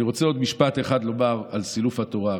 אני רוצה לומר עוד משפט אחד על סילוף התורה.